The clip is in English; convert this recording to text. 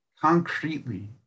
concretely